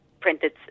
printed